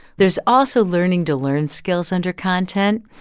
there's also learning to learn skills under content,